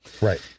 Right